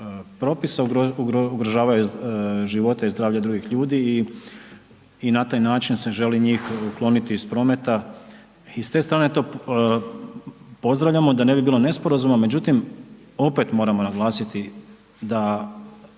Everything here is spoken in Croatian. propisa, ugrožavaju živote i zdravlje drugih ljudi i na taj način se želi njih ukloniti iz prometa i s te strane to pozdravljamo da ne bi bilo nesporazuma, međutim opet moramo naglasiti da